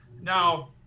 Now